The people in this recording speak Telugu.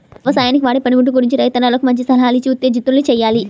యవసాయానికి వాడే పనిముట్లు గురించి రైతన్నలను మంచి సలహాలిచ్చి ఉత్తేజితుల్ని చెయ్యాలి